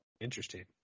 Interesting